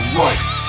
right